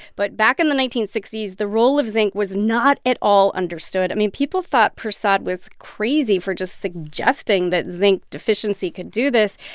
but back in the nineteen sixty s, the role of zinc was not at all understood. i mean, people thought prasad was crazy for just suggesting that zinc deficiency could do this.